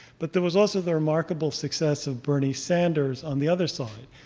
but there was also the remarkable success of bernie sanders on the other side.